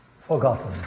forgotten